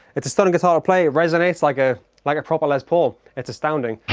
it's a stunning guitar to play, it resonates like a like a proper les paul. it's astounding!